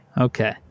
Okay